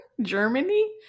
Germany